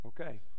Okay